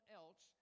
else